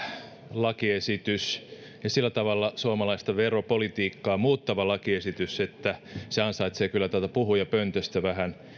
lakiesitys ja sillä tavalla suomalaista veropolitiikkaa muuttava lakiesitys että se ansaitsee kyllä täältä puhujapöntöstä vähän